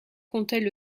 comptaient